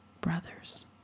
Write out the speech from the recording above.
brothers